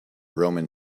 roman